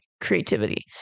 creativity